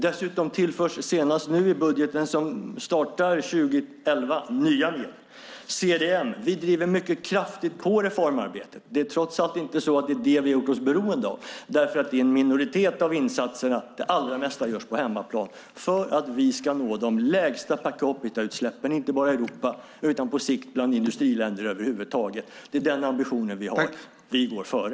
Dessutom tillförs senast nu i budgeten för 2011 nya medel. När det gäller CDM driver vi kraftigt på reformarbetet. Vi har inte gjort oss beroende av CDM därför att de är en minoritet av insatserna. Det allra mesta görs på hemmaplan för att vi ska nå de lägsta per capita-utsläppen inte bara i Europa utan på sikt bland industriländer över huvud taget. Det är den ambitionen vi har. Vi går före.